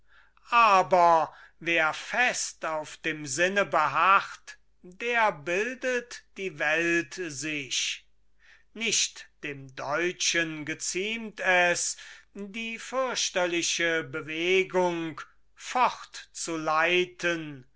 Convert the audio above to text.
aber wer fest auf dem sinne beharrt der bildet die welt sich nicht dem deutschen geziemt es die fürchterliche bewegung fortzuleiten